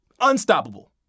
unstoppable